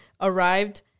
arrived